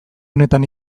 unetan